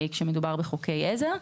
כשמדובר בחוקי עזר.